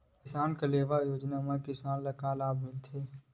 किसान कलेवा योजना म किसान ल का लाभ मिलथे?